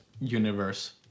universe